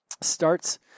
starts